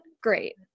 great